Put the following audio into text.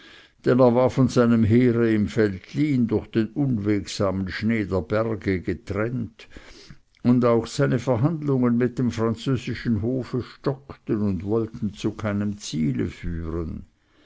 er war von seinem heere im veltlin durch den unwegsamen schnee der berge getrennt und auch seine verhandlungen mit dem französischen hofe stockten und wollten zu keinem ziele führen